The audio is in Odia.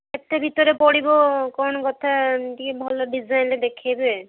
କେତେ ଭିତରେ ପଡ଼ିବ କଣ କଥା ଟିକିଏ ଭଲ ଡିଜାଇନ୍ର ଦେଖେଇବେ